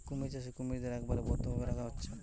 কুমির চাষে কুমিরদের একবারে বদ্ধ ভাবে রাখা হচ্ছে